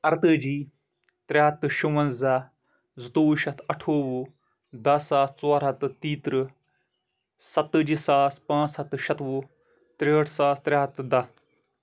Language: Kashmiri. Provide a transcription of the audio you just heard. اَرتٲجی ترٛےٚ ہَتھ تہٕ شُوَنزاہ زٕتووُہ شَٮ۪تھ اَٹھووُہ دہ ساس ژور ہَتھ تہٕ تیٚیہ ترٕٛہ ستٲجی ساس پانٛژھ ہَتھ تہٕ شَتوُہ تِرٛہٲٹھ ساس ترٛےٚ ہَتھ تہٕ دہ